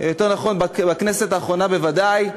יותר נכון, בכנסת האחרונה בוודאי,